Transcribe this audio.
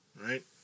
right